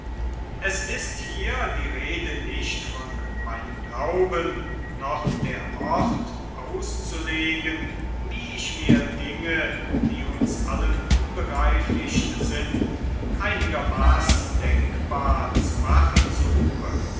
es ist hier die rede nicht von einem glauben noch der ort auszulegen wie ich mir dinge die uns allen unbegreiflich sind einigermaßen denkbar zu machen suche